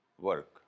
work